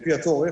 לפי הצורך.